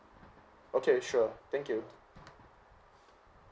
okay sure thank you